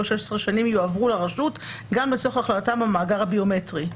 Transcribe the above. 16 שנים יועברו לרשות גם לצורך הכללתם במאגר הביומטרי.